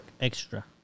extra